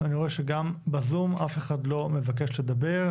אני רואה שגם בזום אף אחד לא מבקש לדבר.